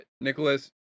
Nicholas